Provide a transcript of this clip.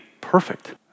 perfect